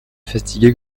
fatigué